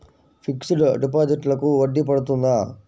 Fixed డిపాజిట్లకు వడ్డీ పడుతుందా?